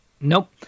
nope